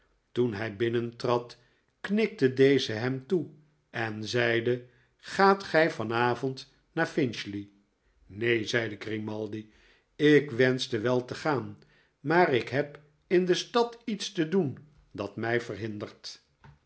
toen hij binnentrad knikte deze hem toe en zeide gaat gij van avond naar finchley neen zeide grimaldi ik wenschte wel te gaan maar ik heb in de stad iets te doen dat mij verhindert